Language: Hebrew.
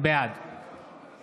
בעד